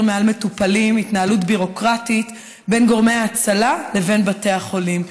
מעל מטופלים התנהלות ביורוקרטית בין גורמי ההצלה לבין בתי החולים.